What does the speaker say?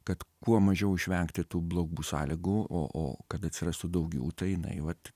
kad kuo mažiau išvengti tų blogų sąlygų o kad atsirastų daugiau tai jinai vat